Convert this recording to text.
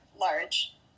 large